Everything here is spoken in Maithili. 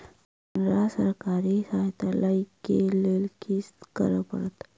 हमरा सरकारी सहायता लई केँ लेल की करऽ पड़त?